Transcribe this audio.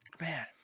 Man